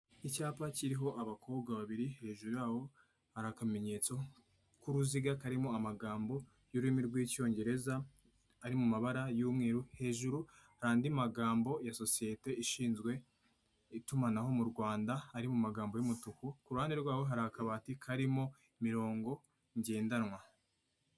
Icyapa kiriho abakobwa babiri, hejuru yawo hari akamenyetso k'uruziga karimo amagambo y'ururimi rw'icyongereza ari mu mabara y'umweru, hejuru hari andi magambo ya sosiyete ishinzwe itumanaho mu Rwanda ari mu magambo y'umutuku, ku ruhande rwaho hari akabati karimo imirongo ngendanwa.